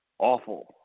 Awful